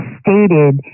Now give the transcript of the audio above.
stated